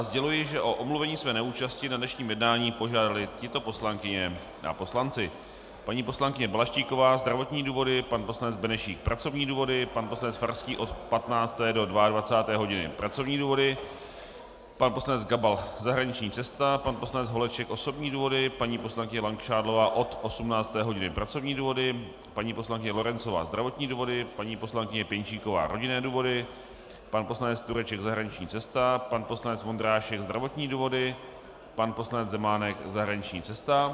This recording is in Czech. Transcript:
Sděluji, že o omluvení své neúčasti na dnešním jednání požádali tyto poslankyně a poslanci: paní poslankyně Balaštíková zdravotní důvody, pan poslanec Benešík pracovní důvody, pan poslanec Farský od 15 do 22 hodin pracovní důvody, pan poslanec Gabal zahraniční cesta, pan poslanec Holeček osobní důvody, paní poslankyně Langšádlová od 18. hodiny pracovní důvody, paní poslankyně Lorencová zdravotní důvody, paní poslankyně Pěnčíková rodinné důvody, pan poslanec Tureček zahraniční cesta, pan poslanec Vondrášek zdravotní důvody, pan poslanec Zemánek zahraniční cesta.